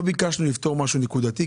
לא ביקשנו לפתור משהו נקודתי,